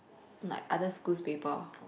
like other schools paper